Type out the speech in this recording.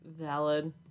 Valid